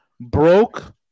broke